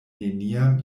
neniam